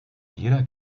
jeder